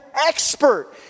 expert